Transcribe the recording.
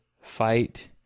fight